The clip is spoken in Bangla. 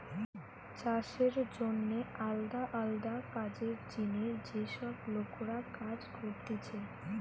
চাষের জন্যে আলদা আলদা কাজের জিনে যে সব লোকরা কাজ করতিছে